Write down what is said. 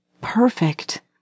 perfect